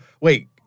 wait